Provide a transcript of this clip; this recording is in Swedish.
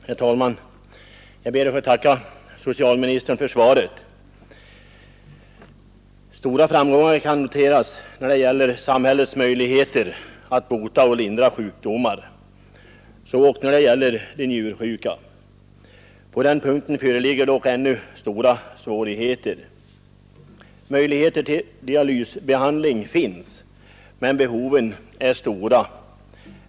Herr talman! Jag ber att få tacka socialministern för svaret. Stora framgångar kan noteras när det gäller samhällets möjligheter att bota och lindra sjukdomar, så ock när det gäller de njursjuka. På den punkten föreligger dock ännu stora svårigheter. Möjligheter till dialysbehandling finns, men behoven är stora.